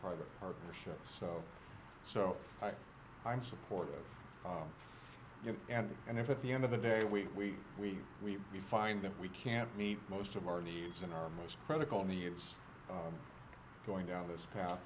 private partnership so so i'm supportive and and if at the end of the day we we we may find that we can't meet most of our needs in our most critical me and i'm going down this path